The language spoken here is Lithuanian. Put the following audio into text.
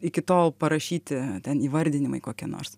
iki tol parašyti ten įvardinimai kokie nors